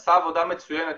עשה עבודה מצוינת,